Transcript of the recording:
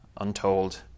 untold